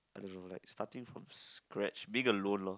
I don't like starting from a scratch being alone loh